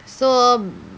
so